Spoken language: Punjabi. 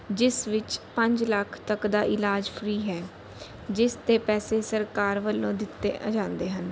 ਜਿਸ ਵਿੱਚ ਪੰਜ ਲੱਖ ਤੱਕ ਦਾ ਇਲਾਜ ਫਰੀ ਹੈ ਜਿਸ ਦੇ ਪੈਸੇ ਸਰਕਾਰ ਵੱਲੋਂ ਦਿੱਤੇ ਜਾਂਦੇ ਹਨ